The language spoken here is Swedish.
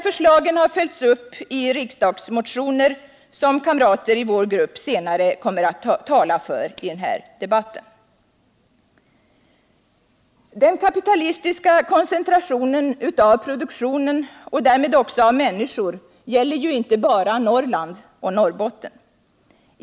Förslagen har följts upp i riksdagsmotioner, som kamrater i vår grupp senare i denna debatt kommer att tala för. Den kapitalistiska koncentrationen av produktionen och därmed också av människor gäller ju inte bara Norrland och Norrbotten.